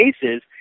cases